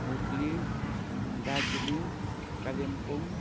Hooghly Darjeeling Kalimpong